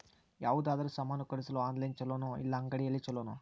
ಯಾವುದಾದರೂ ಸಾಮಾನು ಖರೇದಿಸಲು ಆನ್ಲೈನ್ ಛೊಲೊನಾ ಇಲ್ಲ ಅಂಗಡಿಯಲ್ಲಿ ಛೊಲೊನಾ?